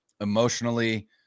emotionally